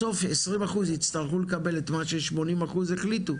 בסוף 20% יצטרכו לקבל את מה ש-80% יחליטו.